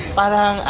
parang